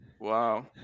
Wow